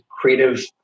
creative